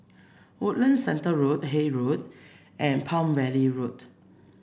Woodlands Centre Road Haig Road and Palm Valley Road